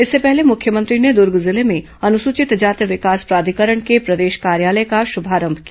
इससे पहले मुख्यमंत्री ने दुर्ग जिले में अनुसूचित जाति विकास प्राधिकरण के प्रदेश कार्यालय का शुभारंभ किया